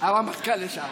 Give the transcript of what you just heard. הרמטכ"ל לשעבר.